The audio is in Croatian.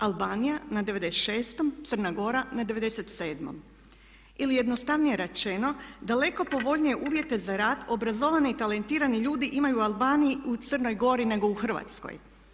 Albanija na 96, Crna Gora na 97. ili jednostavnije rečeno daleko povoljnije uvjete za rad obrazovani i talentirani ljudi imaju u Albaniji, u Crnoj Gori nego u Hrvatskoj.